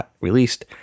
released